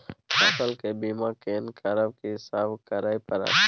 फसल के बीमा केना करब, की सब करय परत?